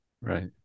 Right